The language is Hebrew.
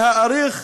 להאריך